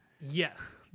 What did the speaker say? Yes